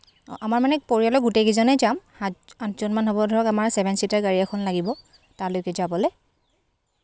আমাৰ মানে পৰিয়ালৰ গোটেইকেইজনেই যাম সাত আঠজনমান হ'ব ধৰক আমাক ছেভেন ছিটাৰ গাড়ী এখন লাগিব তালৈকে যাবলৈ